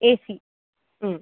AC ம்